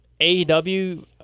AEW